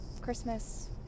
christmas